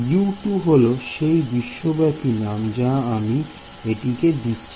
U2 হল সেই বিশ্বব্যাপী নাম যা আমি এটিকে দিচ্ছি